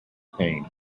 pain